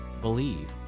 believe